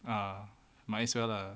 ah might as well lah